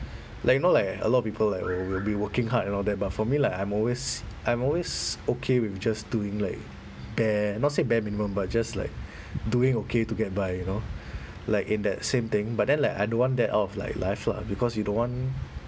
like you know like a lot of people like will will be working hard and all that but for me like I'm always I'm always okay with just doing like bare not say bare minimum but just like doing okay to get by you know like in that same thing but then like I don't want that out of like life lah because you don't want